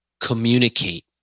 communicate